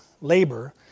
labor